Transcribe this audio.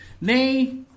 nay